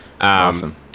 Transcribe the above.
Awesome